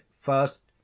first